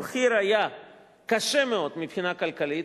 המחיר היה קשה מאוד מבחינה כלכלית,